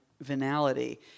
venality